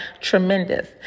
Tremendous